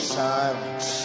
silence